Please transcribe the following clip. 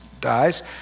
dies